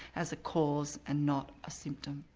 as a cause and not a symptom.